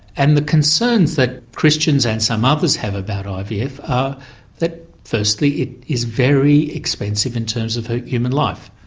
and the concerns that christians and some others have about ivf are that firstly, it is very expensive in terms of human life.